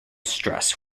stress